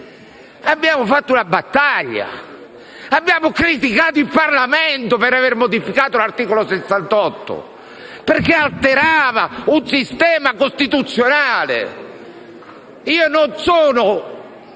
hanno fatto una battaglia: abbiamo criticato il Parlamento per aver modificato l'articolo 68, perché alterava un sistema costituzionale. Finché